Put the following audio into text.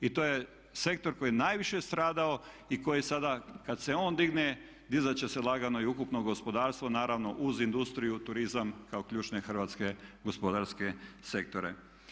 To je sektor koji je najviše stradao i koji sada kad se on digne dizat će se lagano i ukupno gospodarstvo naravno uz industriju i turizam kao ključne hrvatske gospodarske sektore.